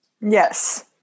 yes